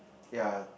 ya